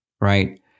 right